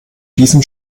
diesem